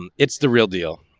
um it's the real deal,